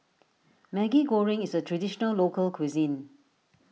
Maggi Goreng is a Traditional Local Cuisine